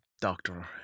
doctor